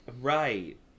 Right